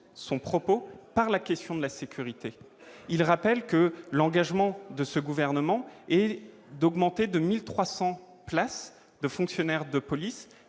son propos par la question de la sécurité, en rappelant que l'engagement de ce gouvernement était d'augmenter de 1 300 postes l'effectif des fonctionnaires de police